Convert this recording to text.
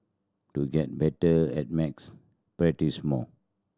to get better at maths practise more